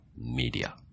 media